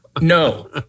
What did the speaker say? no